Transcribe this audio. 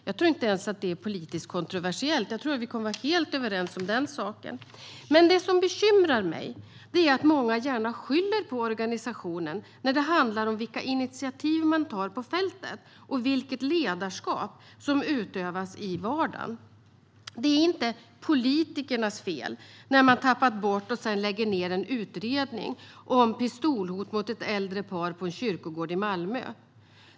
Jag tror inte ens att det är politiskt kontroversiellt. Jag tror att vi kommer att vara helt överens om den saken. Det som bekymrar mig är att många gärna skyller på organisationen när det handlar om vilka initiativ man tar på fältet och vilket ledarskap som utövas i vardagen. Det är inte politikernas fel när man tappat bort och sedan lägger ned en utredning om pistolhot mot ett äldre par på en kyrkogård i Malmö.